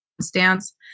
stance